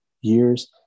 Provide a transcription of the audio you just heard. years